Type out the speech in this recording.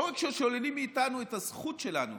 לא רק ששוללים מאיתנו את הזכות שלנו